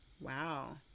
Wow